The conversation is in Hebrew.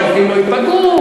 שהעובדים לא ייפגעו,